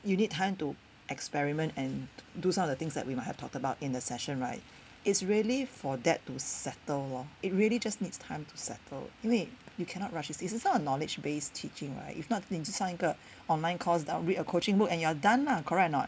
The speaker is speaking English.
you need time to experiment and do some of the things that we might have talked about in the session right it's really for that to settle lor it really just needs time to settle 因为 you cannot rush this is it's also a knowledge based teaching right if not 你去上一个 online course then read a coaching book and you're done lah correct or not